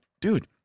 dude